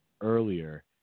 earlier